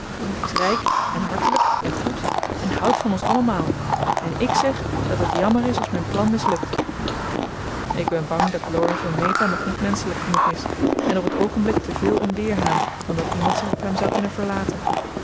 hij is rijk en hartelijk en goed en houdt van ons allemaal en ik zeg dat het jammer is als mijn plan mislukt ik ben bang dat laurie voor meta nog niet menschelijk genoeg is en op het oogenblik te veel een weerhaan dan dat iemand zich op hem zou kunnen verlaten